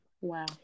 Wow